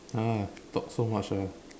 ah talk so much ah